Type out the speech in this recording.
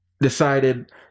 decided